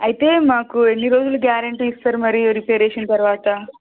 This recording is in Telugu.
అయితే మాకు ఎన్ని రోజులు గ్యారెంటీ ఇస్తరు మరి రిపేర్ చేసిన తరువాత